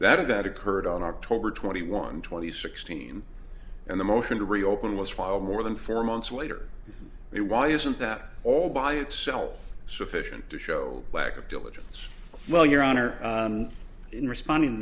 that of that occurred on october twenty one twenty sixteen and the motion to reopen was far more than four months later we why isn't that all by itself sufficient to show lack of diligence well your honor in responding